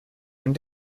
and